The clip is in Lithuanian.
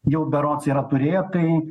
jau berods yra turėję kai